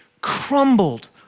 crumbled